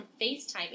FaceTiming